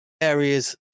areas